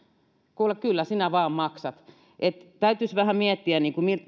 kuule kyllä sinä vaan maksat eli täytyisi vähän miettiä